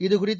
இதுகுறித்து